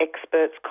experts